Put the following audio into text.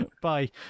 bye